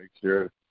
sure